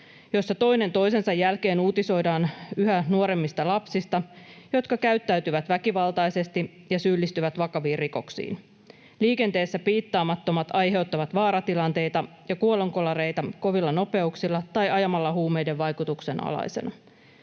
joissa toinen toisensa jälkeen uutisoidaan yhä nuoremmista lapsista, jotka käyttäytyvät väkivaltaisesti ja syyllistyvät vakaviin rikoksiin. Liikenteessä piittaamattomat aiheuttavat vaaratilanteita ja kuolonkolareita kovilla nopeuksilla tai ajamalla huumeiden vaikutuksen alaisena.